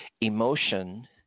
Emotion